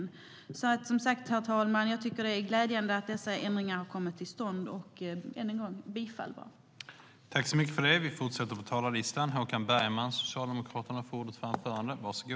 Som sagt: Jag tycker att det är glädjande att dessa ändringar kommer till stånd. Jag yrkar än en gång bifall till utskottets förslag i betänkandet.